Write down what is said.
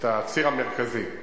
הציר המרכזי.